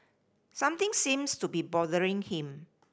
something seems to be bothering him